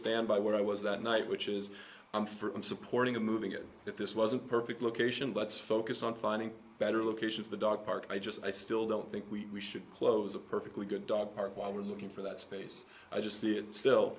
stand by what i was that night which is i'm for supporting of moving it that this wasn't perfect location let's focus on finding better locations the dog park i just i still don't think we should close a perfectly good dog park while we're looking for that space i just see it still